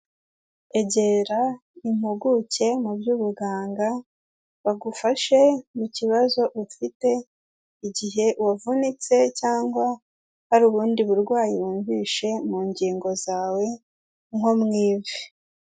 Egera impuguke mu by'ubuganga bagufashe mu kibazo ufite, igihe wavunitse cyangwa hari ubundi burwayi wumvishe mu ngingo zawe, nko mu ivi.